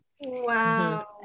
Wow